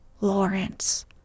Lawrence